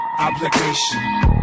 obligation